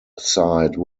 side